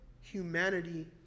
humanity